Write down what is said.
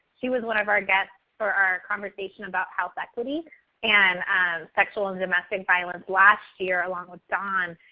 she was one of our guests for our conversation about health equity and sexual and domestic violence last year along with don.